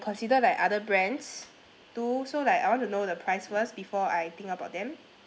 consider like other brands too so like I want to know the price first before I think about them